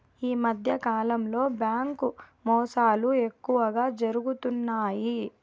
ఈ మధ్యకాలంలో బ్యాంకు మోసాలు ఎక్కువగా జరుగుతున్నాయి